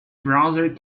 browser